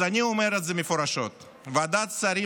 אז אני אומר את זה מפורשות: ועדת שרים